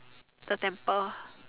the temple